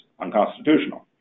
unconstitutional